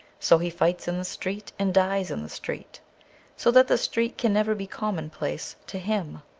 so he fights in the street and dies in the street so that the street can never be commonplace to him.